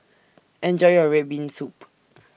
Enjoy your Red Bean Soup